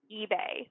eBay